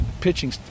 pitching